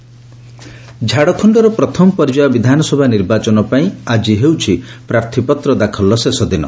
Jharkhand first phase ଝାଡ଼ଖଣ୍ଡର ପ୍ରଥମ ପର୍ଯ୍ୟାୟ ବିଧାନସଭା ନିର୍ବାଚନ ପାଇଁ ଆକ୍କି ହେଉଛି ପ୍ରାର୍ଥୀପତ୍ର ଦାଖଲର ଶେଷ ଦିନ